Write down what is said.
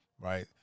right